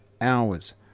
hours